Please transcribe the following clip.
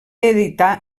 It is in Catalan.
editar